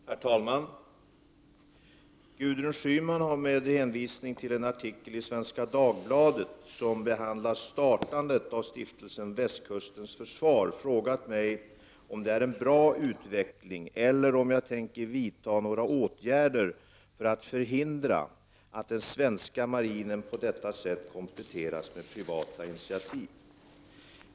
Herr talman! Gudrun Schyman har, med hänvisning till en artikel i Svenska Dagbladet som behandlar startandet av stiftelsen Västkustens försvar, frågat mig om detta är en bra utveckling eller om jag tänker vidta några åtgärder för att förhindra att den svenska marinen på detta sätt kompletteras med privata initiativ.